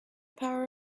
power